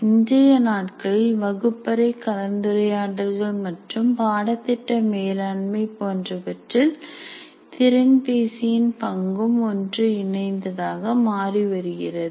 இன்றைய நாட்களில் வகுப்பறை கலந்துரையாடல்கள் மற்றும் பாடத் திட்ட மேலாண்மை போன்றவற்றில் திறன்பேசியின் பங்கும் ஒன்று இணைந்ததாக மாறி வருகிறது